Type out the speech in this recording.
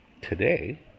today